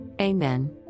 Amen